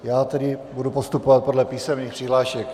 Já tedy budu postupovat podle písemných přihlášek.